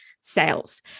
sales